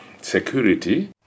security